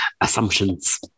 assumptions